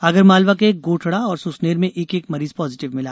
आगरमालवा के गोठडा और सुसनेर में एक एक मरीज पाजिटिव मिला